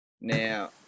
Now